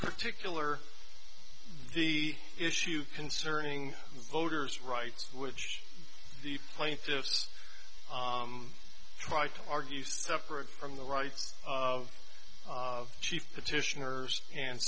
particular the issue concerning voters rights which the plaintiffs tried to argue separate from the rights of chief petitioners and